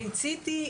הביצית היא,